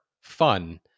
fun